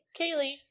Kaylee